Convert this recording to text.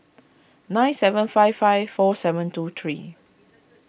nine seven five five four seven two three